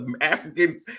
African